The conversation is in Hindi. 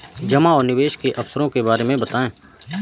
जमा और निवेश के अवसरों के बारे में बताएँ?